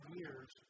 years